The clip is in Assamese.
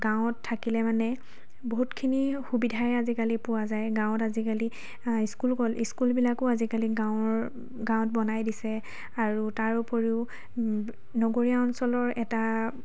গাঁৱত থাকিলে মানে বহুতখিনি সুবিধাই আজিকালি পোৱা যায় গাঁৱত আজিকালি স্কুল ক স্কুলবিলাকো আজিকালি গাঁৱৰ গাঁৱত বনাই দিছে আৰু তাৰ উপৰিও নগৰীয়া অঞ্চলৰ এটা